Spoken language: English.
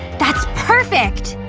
that's perfect!